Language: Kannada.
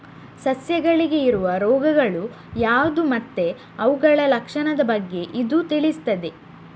ಸಸ್ಯಗಳಿಗೆ ಬರುವ ರೋಗಗಳು ಯಾವ್ದು ಮತ್ತೆ ಅವುಗಳ ಲಕ್ಷಣದ ಬಗ್ಗೆ ಇದು ತಿಳಿಸ್ತದೆ